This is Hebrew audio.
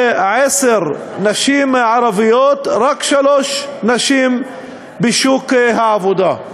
מכל עשר נשים ערביות, רק שלוש הן בשוק העבודה.